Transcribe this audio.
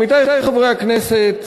עמיתי חברי הכנסת,